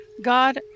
God